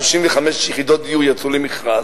235 יחידות דיור יצאו למכרז,